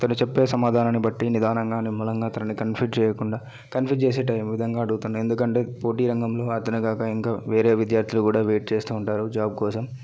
అతడు చెప్పే సమాధానాన్ని బట్టి నిదానంగా నిమ్మలంగా తనని కన్ఫ్యూజ్ చేయకుండా కన్ఫ్యూజ్ చేసే టైం విధంగా అడుగుతాను ఎందుకంటే పోటీ రంగంలో అతను కాక ఇంకా వేరే విద్యార్థులు కూడా వెయిట్ చేస్తూ ఉంటారు జాబ్ కోసం